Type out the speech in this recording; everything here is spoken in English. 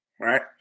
Right